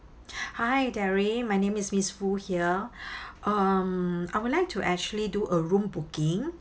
hi larry my name is miss foo here um I would like to actually do a room booking